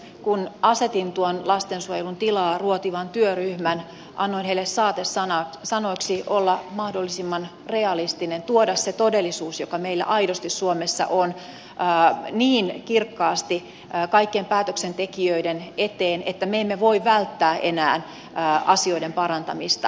kun asetin tuon lastensuojelun tilaa ruotivan työryhmän annoin heille saatesanoiksi olla mahdollisimman realistisia tuoda se todellisuus joka meillä aidosti suomessa on niin kirkkaasti kaikkien päätöksentekijöiden eteen että me emme voi välttää enää asioiden parantamista